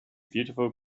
beautiful